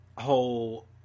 whole